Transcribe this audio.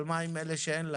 אבל מה עם אלו שאין להם?